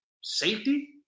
safety